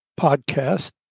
podcast